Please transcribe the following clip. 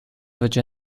fece